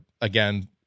again